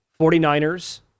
49ers